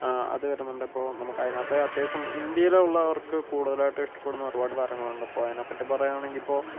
അതു വരുന്നുണ്ട് ഇപ്പോൾ നമുക്ക് അതിനകത്ത് അത്യാവശ്യം ഇന്ത്യയിലുള്ളവർക്ക് കൂടുതലായിട്ടും ഇഷ്ടപ്പെടുന്ന ഒരുപാട് താരങ്ങളുണ്ട് ഇപ്പോൾ അതിനെപ്പറ്റി പറയുകയാണെങ്കി ഇപ്പോൾ